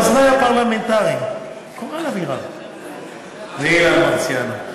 לעוזרים הפרלמנטריים קורל אבירם ואילן מרסיאנו.